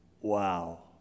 wow